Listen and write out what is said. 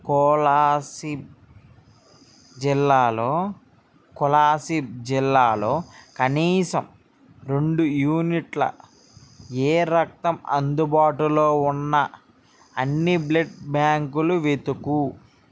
కోలాసిబ్ జిల్లాలో కోలాసిబ్ జిల్లాలో కనీసం రెండు యూనిట్ల ఏ రక్తం అందుబాటులో ఉన్న అన్ని బ్లడ్ బ్యాంకులు వెతుకు